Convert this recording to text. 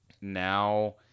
now